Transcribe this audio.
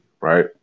right